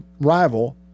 rival